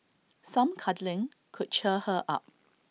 some cuddling could cheer her up